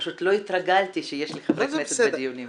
פשוט לא התרגלתי שיש לי חברי כנסת בדיונים.